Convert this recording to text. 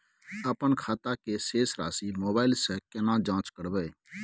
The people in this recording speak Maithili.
अपन खाता के शेस राशि मोबाइल से केना जाँच करबै?